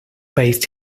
based